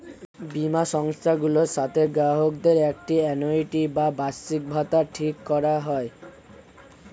বীমা সংস্থাগুলোর সাথে গ্রাহকদের একটি আ্যানুইটি বা বার্ষিকভাতা ঠিক করা হয়